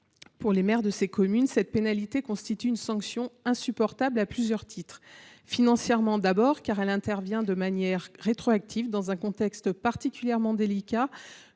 Pour les maires de ces communes, cette pénalité constitue une sanction insupportable à plusieurs titres. Financièrement d’abord, car elle intervient de manière rétroactive dans un contexte particulièrement délicat